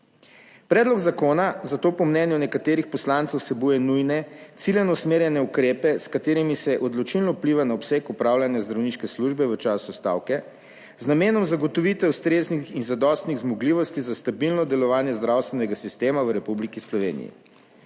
Predlog zakona zato po mnenju nekaterih poslancev vsebuje nujne ciljno usmerjene ukrepe, s katerimi se odločilno vpliva na obseg opravljanja zdravniške službe v času stavke. Z namenom zagotovitve ustreznih in zadostnih zmogljivosti za stabilno delovanje zdravstvenega sistema v Republiki Sloveniji.